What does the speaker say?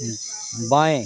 बाएं